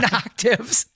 octaves